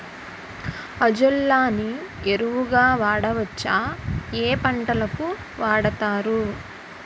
Azolla ని ఎరువు గా వాడొచ్చా? ఏ పంటలకు వాడతారు?